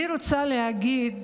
אני רוצה להגיד